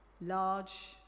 large